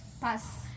Pass